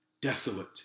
Desolate